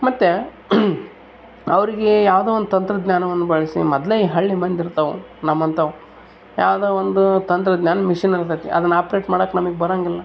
ಮತ್ತು ಅವ್ರಿಗೆ ಯಾವುದೋ ಒಂದು ತಂತ್ರಜ್ಞಾನವನ್ನು ಬಳಸಿ ಮೊದ್ಲೇ ಈ ಹಳ್ಳಿ ಮಂದಿ ಇರ್ತಾವೆ ನಮ್ಮಂಥವ್ ಯಾವುದೋ ಒಂದು ತಂತ್ರಜ್ಞಾನ ಮಿಷಿನ್ ಇರ್ತದೆ ಅದನ್ನು ಆಪ್ರೇಟ್ ಮಾಡೋಕ್ ನಮಗೆ ಬರೋಂಗಿಲ್ಲ